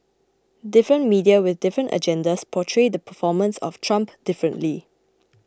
different media with different agendas portray the performance of Trump differently